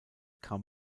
kam